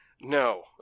no